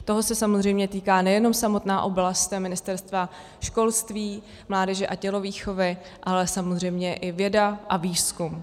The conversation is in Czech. Toho se samozřejmě týká nejenom samotná oblast Ministerstva školství, mládeže a tělovýchovy, ale samozřejmě i věda a výzkum.